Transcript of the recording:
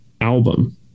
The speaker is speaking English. album